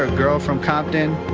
ah girl from compton,